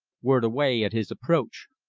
whirred away at his approach,